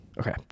Okay